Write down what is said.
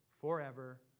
forever